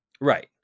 Right